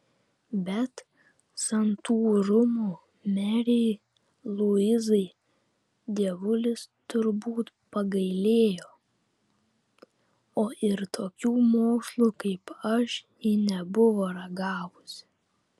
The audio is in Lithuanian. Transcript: bet santūrumo merei luizai dievulis turbūt pagailėjo o ir tokių mokslų kaip aš ji nebuvo ragavusi